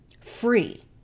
free